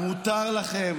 מותר לכם,